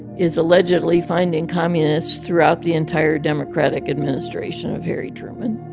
is allegedly finding communists throughout the entire democratic administration of harry truman.